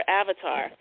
avatar